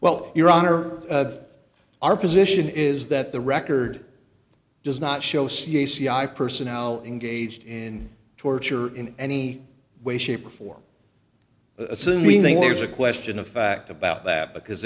well your honor our position is that the record does not show c c i personnel engaged in torture in any way shape or form assuming there's a question of fact about that because